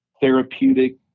therapeutic